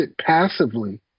passively